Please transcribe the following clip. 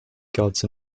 gods